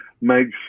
makes